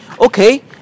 Okay